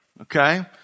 okay